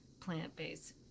plant-based